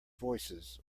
voices